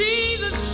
Jesus